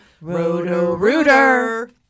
Roto-Rooter